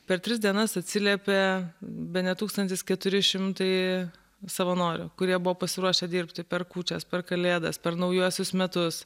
per tris dienas atsiliepė bene tūkstantis keturi šimtai savanorių kurie buvo pasiruošę dirbti per kūčias per kalėdas per naujuosius metus